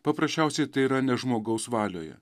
paprasčiausiai tai yra ne žmogaus valioje